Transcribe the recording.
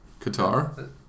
Qatar